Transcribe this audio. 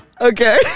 Okay